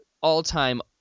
all-time